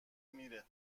میره